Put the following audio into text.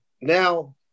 now